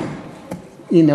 הנה,